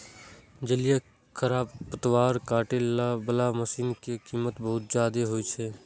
जलीय खरपतवार काटै बला मशीन के कीमत बहुत जादे होइ छै